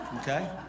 Okay